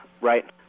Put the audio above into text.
Right